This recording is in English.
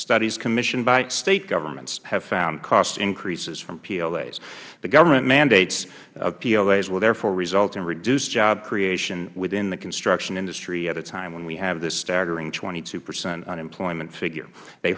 studies commissioned by state governments have found cost increases from plas the government mandates of plas will therefore result in reduced job creation within the construction industry at a time when we have this staggering twenty two percent unemployment figure they